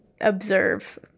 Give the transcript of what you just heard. observe